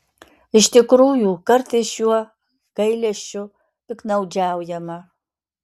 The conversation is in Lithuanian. iš tikrųjų kartais šiuo gailesčiu piktnaudžiaujama